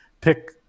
pick